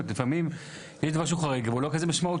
לפעמים יש דבר שהוא חריג, והוא לא כזה משמעותי.